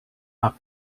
are